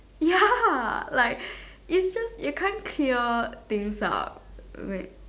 ya like it's just it can't clear things up wait